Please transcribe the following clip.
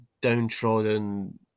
downtrodden